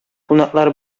кунаклар